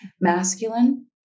Masculine